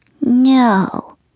No